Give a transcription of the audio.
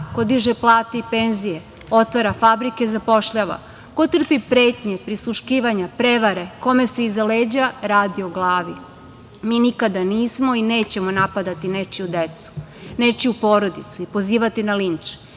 ko diže plate i penzije, otvara fabrike, zapošljava, ko trpi pretnje, prisluškivanja, prevare, kome se iza leđa radi o glavi. Mi nikada nismo i nećemo napadati nečiju decu, nečiju porodicu i pozivati na linč.